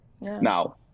Now